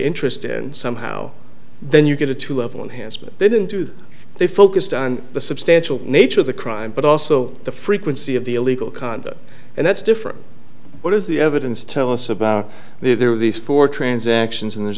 interest and somehow then you get a two level enhanced but they didn't do that they focused on the substantial nature of the crime but also the frequency of the illegal conduct and that's different what is the evidence tell us about there were these four transactions and there's